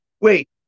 wait